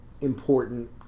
important